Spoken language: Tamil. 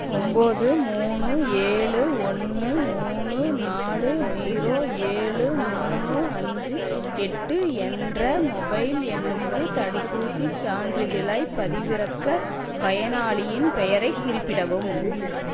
ஒம்பது மூணு ஏழு ஒன்று மூணு நாலு ஜீரோ ஏழு மூணு அஞ்சு எட்டு என்ற மொபைல் எண்ணுக்குத் தடுப்பூசிச் சான்றிதழைப் பதிவிறக்க பயனாளியின் பெயரைக் குறிப்பிடவும்